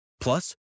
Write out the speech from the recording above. Plus